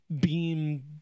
beam